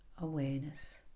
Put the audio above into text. awareness